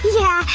yeah,